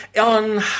on